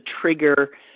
trigger